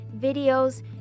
videos